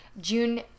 June